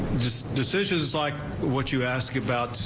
just decisions like what you ask about